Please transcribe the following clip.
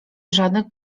żadnych